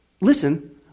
Listen